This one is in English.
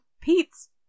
Pete's